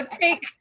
take